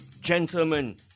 gentlemen